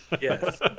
Yes